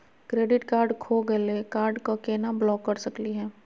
Credit card खो गैली, card क केना ब्लॉक कर सकली हे?